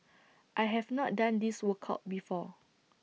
I have not done this workout before